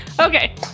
okay